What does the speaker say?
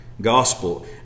gospel